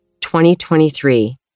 2023